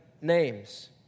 names